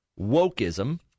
wokeism